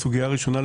הסוגייה הראשונה,